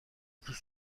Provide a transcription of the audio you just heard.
plus